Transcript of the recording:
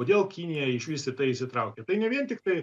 kodėl kinija išvis į tai įsitraukia tai ne vien tiktai